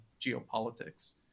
geopolitics